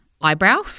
eyebrow